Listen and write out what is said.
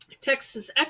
Texas